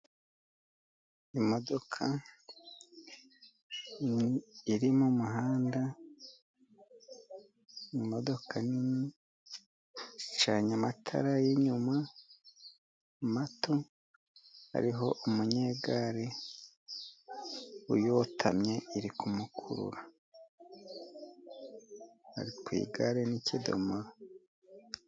Imodoka iri mu muhanda. Imodoka nini icanye amatara y'inyuma mato. Hariho umunyegare uyotamye, iri kumukurura. Ari ku igare n'ikidomoro.